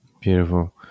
Beautiful